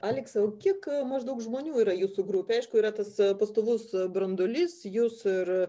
aleksai o kiek maždaug žmonių yra jūsų grupėj aišku yra tas pastovus branduolys jūs ir